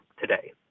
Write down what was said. today